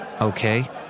Okay